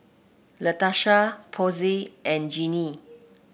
Latesha Posey and Jinnie